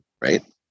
right